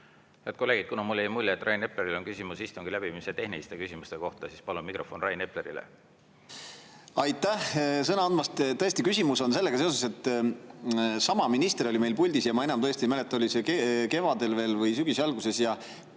Kuna mulle jäi mulje, et Rain Epleril on küsimus istungi läbiviimise tehniliste küsimuste kohta, siis palun mikrofon Rain Eplerile. Aitäh sõna andmast! Tõesti, küsimus on sellega seoses, et sama minister oli meil puldis – ma tõesti enam ei mäleta, oli see kevadel või sügise alguses